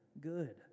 good